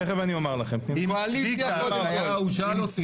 תקרא לו ראש הממשלה ותקרא את הסקרים.